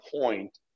point